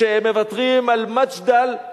שהם מוותרים על מג'דל,